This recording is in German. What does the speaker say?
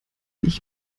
ich